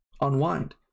unwind